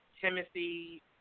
Timothy